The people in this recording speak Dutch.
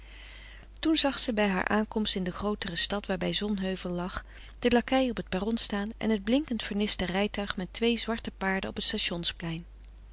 toen zag zij bij haar aankomst in de grootere stad waarbij zonheuvel lag den lakei op t perron staan en het blinkend verniste rijtuig met twee zwarte paarden op het stations plein